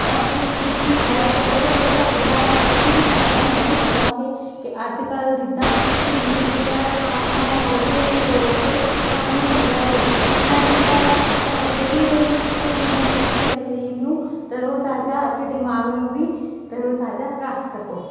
ਇਸ ਵਿੱਚ ਹਿੱਸਾ ਲੈ ਕੇ ਬਹੁਤ ਵਧੀਆ ਲੱਗਦਾ ਹੈ ਅਤੇ ਅਸੀਂ ਵੀ ਸਾਰਿਆਂ ਨੂੰ ਇਹੀ ਕਹਾਂਗੇ ਕਿ ਅੱਜ ਕੱਲ੍ਹ ਜਿੱਦਾਂ ਸਰੀਰ ਜਿੱਦਾਂ ਦਾ ਖਾਣ ਪਾਣ ਹੈ ਉਹਦੇ ਦੇ ਤੌਰ 'ਤੇ ਸਭ ਨੂੰ ਭੰਗੜਾ ਐਰੋਬਿਕਸ ਸਿੱਖਣਾ ਚਾਹੀਦਾ ਹੈ ਭਾਵੇਂ ਥੋੜ੍ਹੀ ਦੇਰ ਲਈ ਸਿੱਖੋ ਜਿੰਨਾ ਤੁਸੀਂ ਆਪਣੇ ਸਰੀਰ ਨੂੰ ਤਰੋ ਤਾਜ਼ਾ ਅਤੇ ਦਿਮਾਗ ਨੂੰ ਵੀ ਤਰੋ ਤਾਜ਼ਾ ਰੱਖ ਸਕੋ